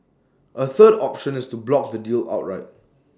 A third option is to block the deal outright